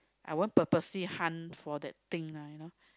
I won't purposely hunt for that thing lah you know